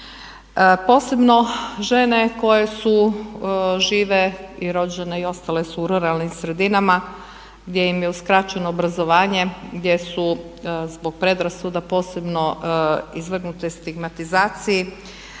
Posebno žene koje su žive i rođene i ostale su u ruralnim sredinama gdje im je uskraćeno obrazovanje, gdje su zbog predrasuda posebno izvrgnute stigmatizaciji.